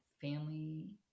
family